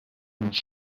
words